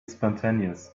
spontaneous